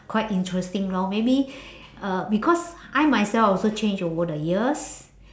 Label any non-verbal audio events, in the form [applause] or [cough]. quite interesting lor maybe [breath] uh because I myself also change over the years